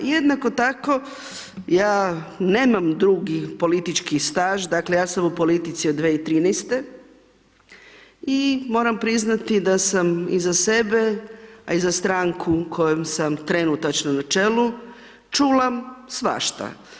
Jednako tako, ja nemam dugi politički staž, dakle, ja sam u politici od 2013., i moram priznati da sam i za sebe, a i za stranku kojom sam trenutačno na čelu, čula svašta.